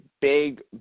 big